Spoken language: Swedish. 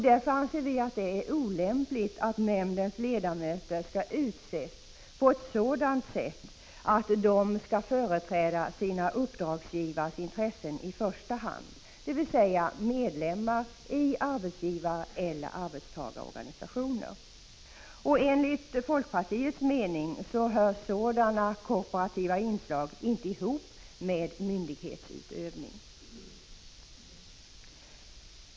Därför anser vi att det är olämpligt att nämndens ledamöter utses på ett sådant sätt att de företräder sina uppdragsgivares intressen i första hand. Det gäller medlemmar i arbetsgivareller arbetstagarorganisationer. Enligt folkpartiets mening hör sådana korporativa inslag inte ihop med myndighetsutövning.